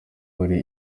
bari